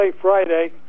Friday